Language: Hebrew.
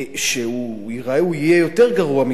שיהיה יותר גרוע מכלא,